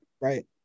Right